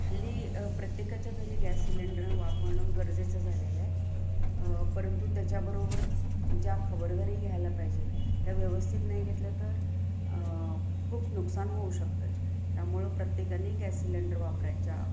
हल्ली प्रत्येकाच्या घरी गॅस सिलेंडर वापरणं गरजेचं झालेलंय परंतु त्याच्याबरोबर ज्या खबरदारी घ्यायला पाहिजे त्या व्यवस्थित नाही घेतलं तर खूप नुकसान होऊ शकतंय त्यामुळं प्रत्येकाने गॅस सिलेंडर वापरायच्या